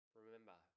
Remember